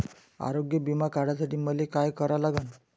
आरोग्य बिमा काढासाठी मले काय करा लागन?